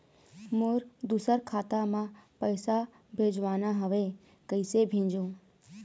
मोर दुसर खाता मा पैसा भेजवाना हवे, कइसे भेजों?